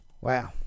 Wow